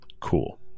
cool